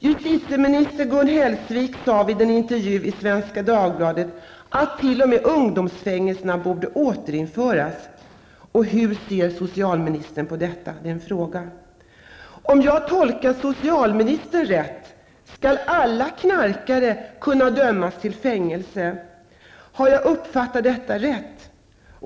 Justitieminister Gun Hellsvik har i en intervju i Svenska Dagbladet sagt att t.o.m. Om jag tolkat socialministern rätt, skall alla knarkare kunna dömas till fängelse. Har jag uppfattat detta rätt?